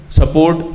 support